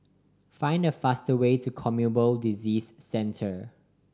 find the fast way to Communicable Disease Centre